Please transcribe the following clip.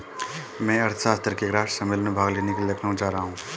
मैं अर्थशास्त्र के एक राष्ट्रीय सम्मेलन में भाग लेने के लिए लखनऊ जा रहा हूँ